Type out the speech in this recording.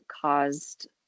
caused